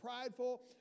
prideful